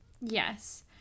Yes